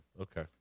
okay